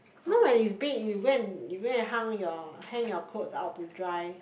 know when it's bed you go and you go and hung your hang your clothes out to dry